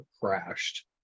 crashed